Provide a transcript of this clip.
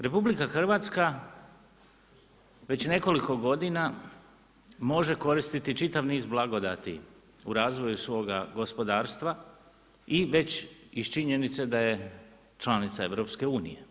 RH već nekoliko godina može koristiti čitav niz blagodati u razvoju svoga gospodarstva i već iz činjenice da je članica EU.